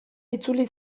itzuli